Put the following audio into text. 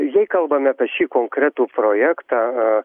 jei kalbame apie šį konkretų projektą